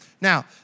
Now